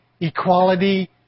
equality